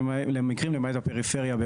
למעט הפריפריה.